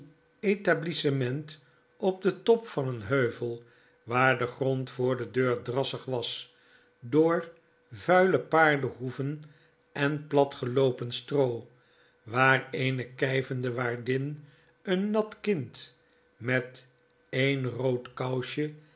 etablissementt p den top van een heuvel waar de grond voor de deur drassig was door vuile paardehoeven en plat geloopen stroo waar eene kj vende waardin een nat kind met een rood